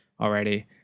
already